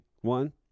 one